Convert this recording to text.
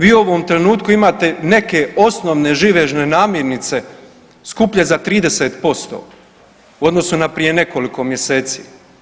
Vi u ovom trenutku imate neke osnovne živežne namirnice skuplje za 30% u odnosu na prije nekoliko mjeseci.